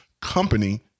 company